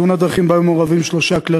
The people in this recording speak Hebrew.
מתאונת דרכים שבה היו מעורבים שלושה כלי